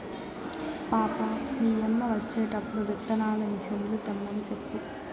పాపా, మీ యమ్మ వచ్చేటప్పుడు విత్తనాల మిసన్లు తెమ్మని సెప్పు